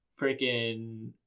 freaking